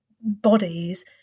bodies